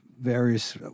various